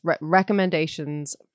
recommendations